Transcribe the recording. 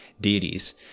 deities